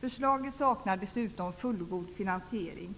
Förslaget saknar fullgod finansiering.